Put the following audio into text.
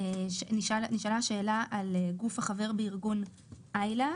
נשאלה שאלה על גוף החבר בארגון ILAC